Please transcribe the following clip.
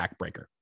backbreaker